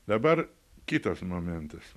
dabar kitas momentas